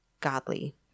godly